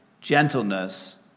gentleness